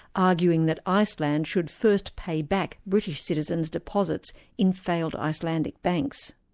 arguing that iceland should first pay back british citizens' deposits in failed icelandic banks.